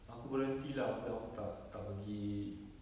aku berhenti lah aku aku tak tak pergi